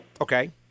Okay